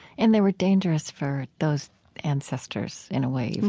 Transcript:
and they were dangerous for those ancestors in a way.